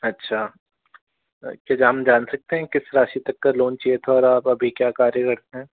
अच्छा तो क्या हम जान सकते हैं किस राशि तक का लोन चाहिए था और आप अभी क्या कार्यरत हैं